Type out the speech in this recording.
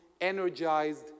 energized